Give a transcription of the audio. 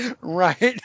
Right